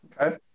Okay